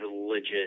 religious